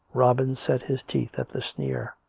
robin set his teeth at the sneer.